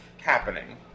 happening